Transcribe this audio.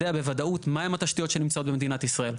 בוודאות מהן התשתיות שנמצאות במדינת ישראל.